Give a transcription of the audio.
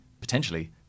potentially